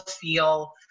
feel